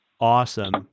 Awesome